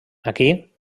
aquí